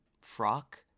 frock